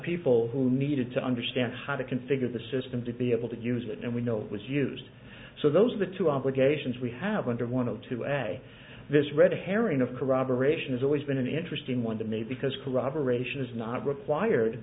people who needed to understand how to configure the system to be able to use it and we know it was used so those are the two obligations we have under one of two at a vis red herring of corroboration it's always been an interesting one to me because corroboration is not required